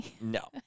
No